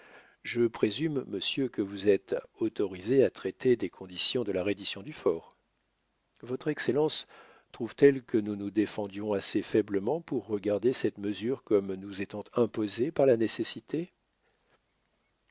je présume monsieur que vous êtes autorisé à traiter des conditions de la reddition du fort votre excellence trouve-t-elle que nous nous défendions assez faiblement pour regarder cette mesure comme nous étant imposée par la nécessité